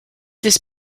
this